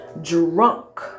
drunk